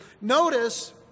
Notice